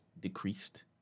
decreased